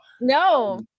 No